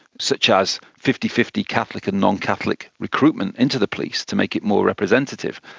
such as fifty fifty catholic and non-catholic recruitment into the police to make it more representative.